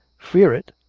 fear it!